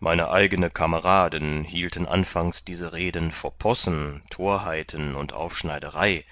meine eigene kameraden hielten anfangs diese reden vor possen torheiten und aufschneiderei